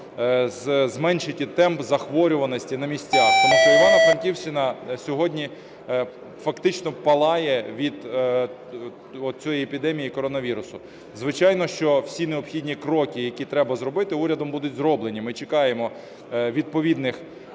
зменшити темп захворюваності на місцях, тому що Івано-Франківщина сьогодні фактично палає від оцієї епідемії коронавірусу. Звичайно, що всі необхідні кроки, які треба зробити, урядом будуть зроблені, ми чекаємо відповідних